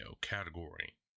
category